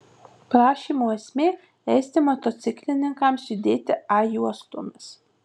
prašymo esmė leisti motociklininkams judėti a juostomis